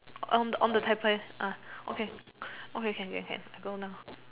on on on the table uh okay okay can can can go now